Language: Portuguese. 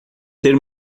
ter